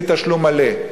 בלי תשלום מלא.